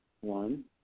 one